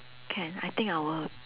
can I think I will